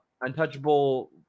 untouchable